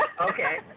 Okay